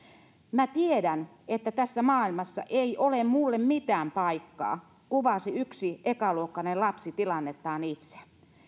mä tiedän että tässä maailmassa ei ole mulle mitään paikkaa kuvasi yksi ekaluokkalainen lapsi tilannettaan itse